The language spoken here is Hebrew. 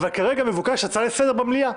אבל כרגע מבוקש הצעה לסדר-היום במליאה.